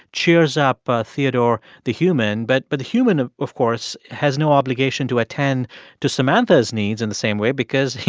cheers up ah theodore, the human. but but the human, of of course, has no obligation to attend to samantha's needs in the same way because, you